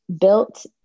built